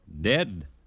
Dead